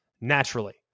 naturally